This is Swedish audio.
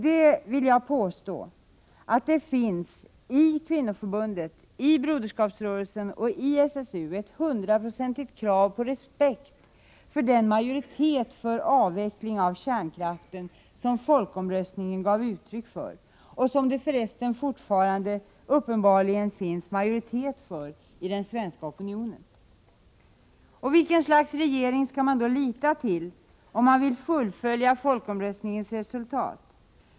Jag vill påstå att man i kvinnoförbundet, i broderskapsrörelsen och i SSU har ett krav på hundraprocentig respekt för den majoritet för avveckling av kärnkraften som folkomröstningen gav uttryck för och som det fortfarande uppenbarligen finns en majoritet för inom den svenska opinionen. Vilket slags regering skall man då lita till om man vill fullfölja folkomröstningens resultat?